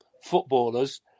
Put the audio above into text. footballers